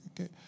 Okay